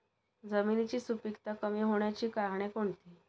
जमिनीची सुपिकता कमी होण्याची कारणे कोणती?